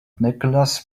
nicholas